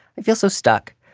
i feel so stuck.